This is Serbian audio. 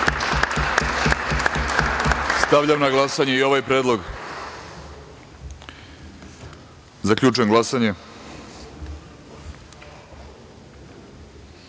Stavljam na glasanje ovaj predlog. Zaključujem glasanje